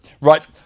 Right